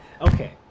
okay